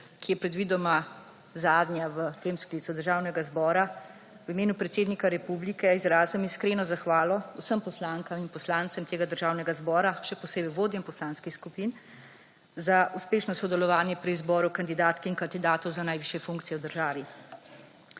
ki je predvidoma zadnja v tem sklicu državnega zbora, v imenu predsednika republike izrazim iskreno zahvalo vsem poslankam in poslancem tega državnega zbora, še posebej vodjem poslanskih skupin za uspešno sodelovanje pri izboru kandidatk in kandidatov za najvišje funkcije v državi.